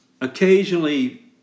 occasionally